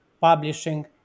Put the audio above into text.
publishing